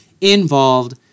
involved